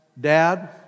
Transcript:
dad